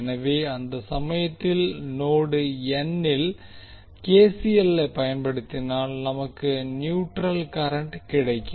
எனவே அந்த சமயத்தில் நோடு N ல் கே சி எல் ஐ பயன்படுத்தினால் நமக்கு நியூட்ரல் கரண்ட் கிடைக்கும்